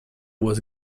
was